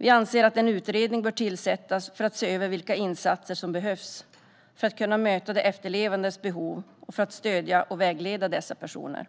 Vi anser att en utredning bör tillsättas för att se över vilka insatser som behövs, för att kunna möta de efterlevandes behov och för att stödja och vägleda dessa personer.